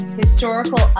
historical